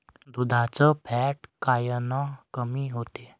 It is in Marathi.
दुधाचं फॅट कायनं कमी होते?